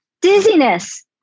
Dizziness